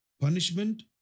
punishment